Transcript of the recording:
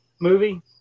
movie